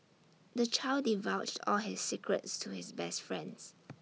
the child divulged all his secrets to his best friends